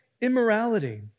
immorality